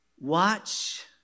Watch